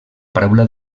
paraula